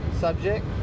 subject